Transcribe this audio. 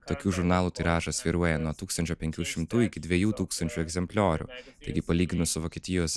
tokių žurnalų tiražas svyruoja nuo tūkstančio penkių šimtų iki dviejų tūkstančių egzempliorių taigi palyginus su vokietijos